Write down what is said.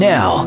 Now